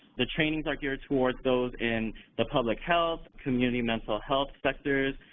the trainings are geared towards those in the public health, community mental health sectors,